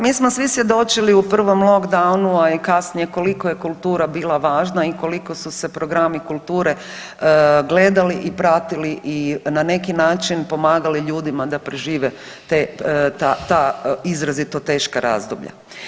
Pa mi smo svi svjedočili u prvom lockdownu, a i kasnije koliko je kultura bila važna i koliko su se programi kulture gledali i pratili i na neki način pomagali ljudima da prežive ta izrazito teška razdoblja.